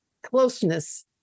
Closeness